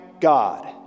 God